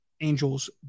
Angels